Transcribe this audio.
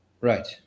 Right